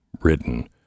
written